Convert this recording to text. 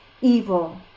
evil